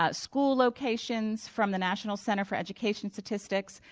ah school locations from the national center for education statistics,